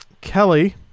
Kelly